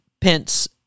Pence